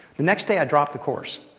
the next day i dropped the course.